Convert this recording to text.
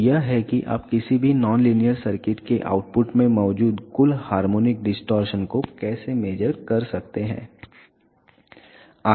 तो यह है कि आप किसी भी नॉन लीनियर सर्किट के आउटपुट में मौजूद कुल हार्मोनिक डिस्टॉरशन को कैसे मेज़र कर सकते हैं